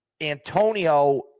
Antonio